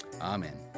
Amen